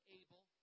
able